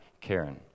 Karen